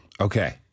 okay